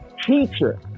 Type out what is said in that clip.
teacher